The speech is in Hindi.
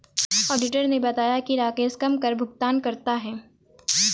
ऑडिटर ने बताया कि राकेश कम कर भुगतान करता है